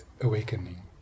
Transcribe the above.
awakening